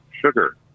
sugar